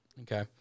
okay